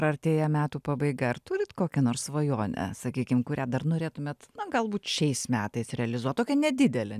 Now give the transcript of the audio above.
ar artėja metų pabaiga ar turit kokią nors svajonę sakykim kurią dar norėtumėt na galbūt šiais metais realizuot tokią nedidelę